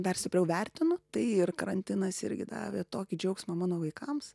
dar stipriau vertinu tai ir karantinas irgi davė tokį džiaugsmą mano vaikams